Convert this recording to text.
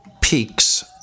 peaks